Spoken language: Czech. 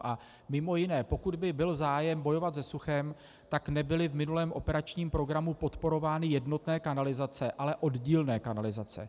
A mimo jiné pokud by byl zájem bojovat se suchem, tak nebyly v minulém operačním programu podporovány jednotné kanalizace, ale oddílné kanalizace.